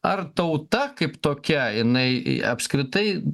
ar tauta kaip tokia jinai apskritai